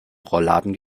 rollladen